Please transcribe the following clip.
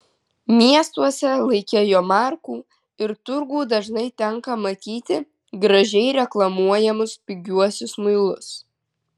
miestuose laike jomarkų ir turgų dažnai tenka matyti gražiai reklamuojamus pigiuosius muilus